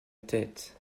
tête